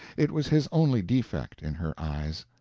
it was his only defect, in her eyes.